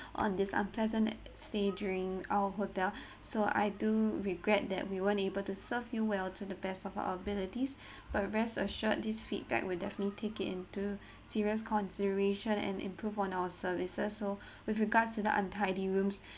on this unpleasant stay during our hotel so I do regret that we weren't able to serve you well to the best of our abilities but rest assured this feedback will definitely take it into serious consideration and improve on our services so with regards to the untidy rooms